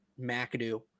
McAdoo